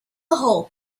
whole